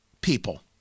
people